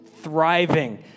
thriving